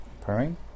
purring